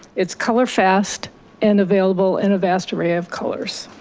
it's colorfast and available in a vast array of colors.